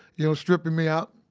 you know, stripping me out.